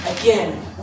again